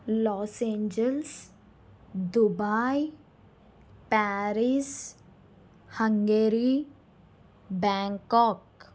loss Angeles Dubai Paris Hungary Bangkok